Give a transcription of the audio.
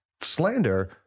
slander